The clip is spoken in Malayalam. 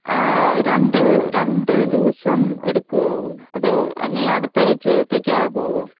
രണ്ട് രണ്ടുദിവസം എടുക്കുമോ അതോ ഇനി അടുത്ത ആഴ്ചത്തേക്ക് ആകുമോ